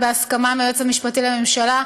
בהסכמה עם היועץ המשפטי לממשלה,